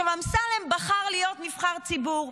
אמסלם בחר להיות נבחר ציבור,